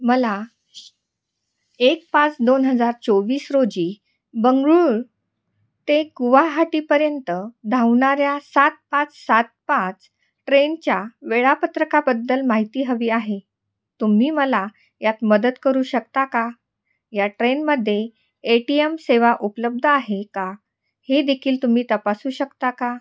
मला एक पाच दोन हजार चोवीस रोजी बंगळुरू ते गुवाहाटीपर्यंत धावणाऱ्या सात पाच सात पाच ट्रेनच्या वेळापत्रकाबद्दल माहिती हवी आहे तुम्ही मला यात मदत करू शकता का या ट्रेनमध्ये ए टी एम सेवा उपलब्ध आहे का हे देखील तुम्ही तपासू शकता का